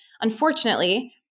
unfortunately –